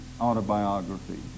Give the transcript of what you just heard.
autobiography